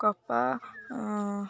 କପା